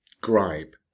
gripe